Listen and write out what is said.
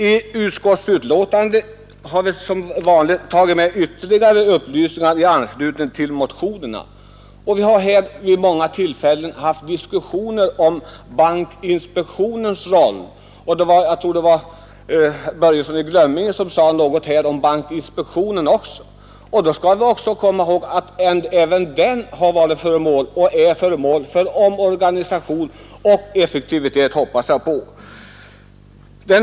I utskottsbetänkandet har vi som vanligt tagit med ytterligare upplysningar i anslutning till motionerna, och vi har här vid många tillfällen haft diskussioner om bankinspektionens roll. Jag tror det var herr Börjesson i Glömminge som också sade någonting om bankinspektionen. Vi skall emellertid komma ihåg att även den har varit och är föremål för omorganisation och att den därmed, hoppas jag, får ökad effektivitet.